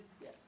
Yes